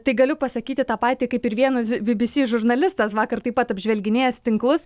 tik galiu pasakyti tą patį kaip ir vienas bbc žurnalistas vakar taip pat apžvelginėjęs tinklus